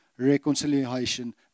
reconciliation